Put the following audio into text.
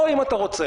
או אם אתה רוצה,